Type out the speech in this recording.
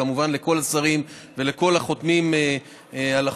וכמובן לכל השרים ולכל החותמים על החוק,